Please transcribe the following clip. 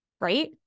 right